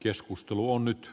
keskustelu on nyt